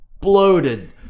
bloated